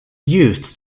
used